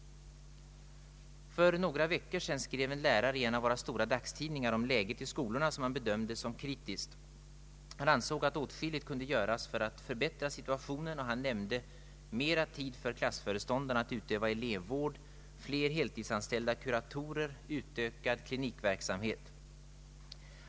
För några veckor sedan skrev en lärare i en av våra stora dagstidningar om läget i skolorna, som han bedömde såsom kritiskt. Han ansåg att åtskilligt kunde göras för att förbättra situationen, och han nämnde bl.a. mera tid för klassföreståndarna att utöva elevvård, fler heltidsanställda kuratorer och utökad klinikverksamhet.